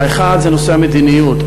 האחד, זה נושא המדיניות.